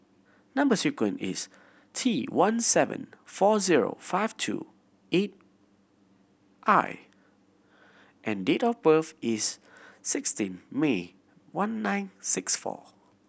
number sequence is T one seven four zero five two eight I and date of birth is sixteen May one nine six four